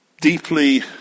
deeply